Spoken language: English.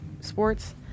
sports